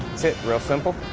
real simple.